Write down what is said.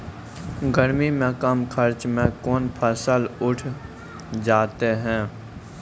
गर्मी मे कम खर्च मे कौन फसल उठ जाते हैं?